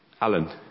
Alan